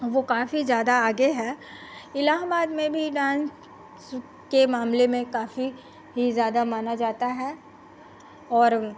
वह काफ़ी ज़्यादा आगे है इलाहाबाद में भी डान्स के मामले में काफ़ी ही ज़्यादा माना जाता है और